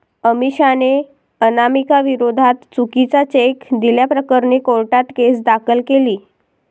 अमिषाने अनामिकाविरोधात चुकीचा चेक दिल्याप्रकरणी कोर्टात केस दाखल केली